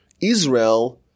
Israel